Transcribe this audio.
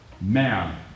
man